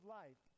life